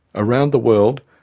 around the world,